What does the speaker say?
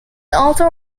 also